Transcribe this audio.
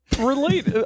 relate